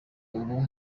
ubu